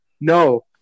No